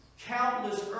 Countless